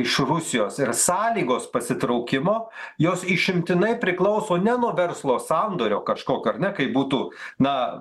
iš rusijos ir sąlygos pasitraukimo jos išimtinai priklauso ne nuo verslo sandorio kažkokio ar ne kaip būtų na